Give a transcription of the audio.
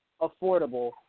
affordable